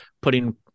putting